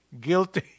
Guilty